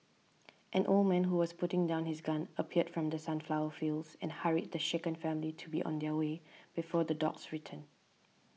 an old man who was putting down his gun appeared from the sunflower fields and hurried the shaken family to be on their way before the dogs return